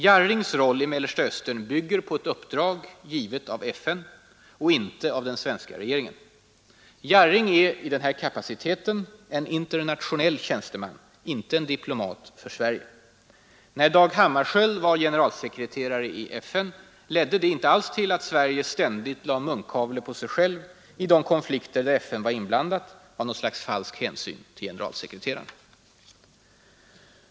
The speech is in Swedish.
Jarrings roll i Mellersta Östern bygger på ett uppdrag givet av FN och inte av den svenska regeringen. Jarring är i denna kapacitet en internationell tjänsteman, inte en diplomat för Sverige. När Dag Hammarskjöld var generalsekreterare i FN ledde inte det till att Sverige ständigt lade munkavle på sig självt i de konflikter där FN var inblandat av något slags falsk hänsyn till generalsekreteraren.